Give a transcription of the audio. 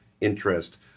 interest